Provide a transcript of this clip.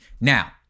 Now